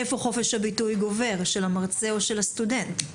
איפה חופש הביטוי גובר, של המרצה או של הסטודנט?